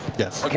yes. like